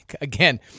again